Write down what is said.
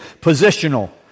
Positional